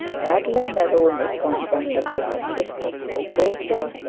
madeline neroni consented to her sister's proposal,